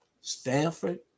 Stanford